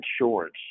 insurance